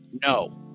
no